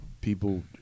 people